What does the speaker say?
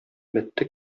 бетте